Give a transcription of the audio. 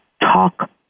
Talk